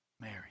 Mary